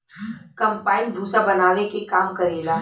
combine भूसा बानावे के काम करेला